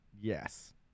yes